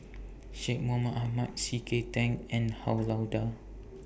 Syed Mohamed Ahmed C K Tang and Han Lao DA